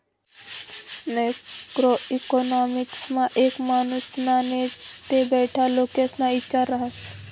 macro इकॉनॉमिक्समा एक मानुसना नै ते बठ्ठा लोकेस्ना इचार रहास